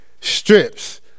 strips